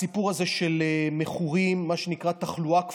הסיפור הזה של מכורים, מה שנקרא תחלואה כפולה,